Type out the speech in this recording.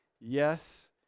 yes